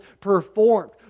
performed